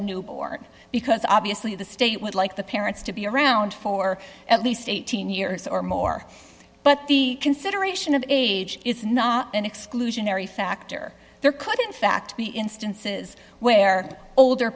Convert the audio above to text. a newborn because obviously the state would like the parents to be around for at least eighteen years or more but the consideration of age is not an exclusionary factor there could in fact be instances where older